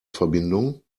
verbindung